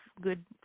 good